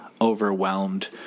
overwhelmed